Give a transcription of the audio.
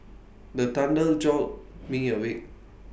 the thunder jolt me awake